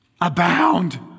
abound